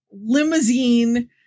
limousine